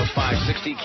560